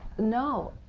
no,